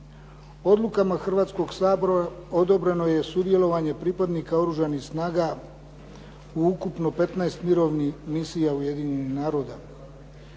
Odlukama Hrvatskog sabora odobreno je sudjelovanje pripadnika Oružanih snaga u ukupno 15 mirovnih misija Ujedinjenih naroda.